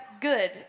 good